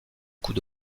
coup